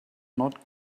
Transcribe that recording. not